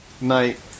night